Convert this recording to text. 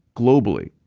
globally,